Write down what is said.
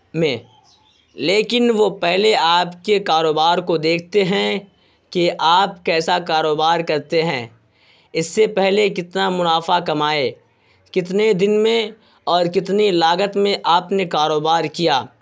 میں لیکن وہ پہلے آپ کے کاروبار کو دیکھتے ہیں کہ آپ کیسا کاروبار کرتے ہیں اس سے پہلے کتنا منافع کمائے کتنے دن میں اور کتنی لاگت میں آپ نے کاروبار کیا